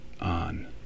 on